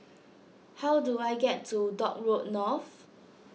how do I get to Dock Road North